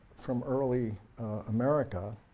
from early america,